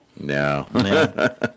No